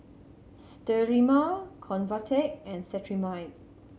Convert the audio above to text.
Sterimar Convatec and Cetrimide